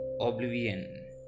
oblivion